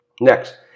Next